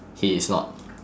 he is not